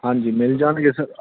ਹਾਂਜੀ ਮਿਲ ਜਾਣਗੇ ਸਰ